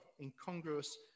incongruous